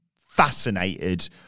fascinated